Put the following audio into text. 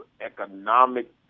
economic